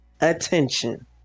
attention